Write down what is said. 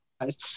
guys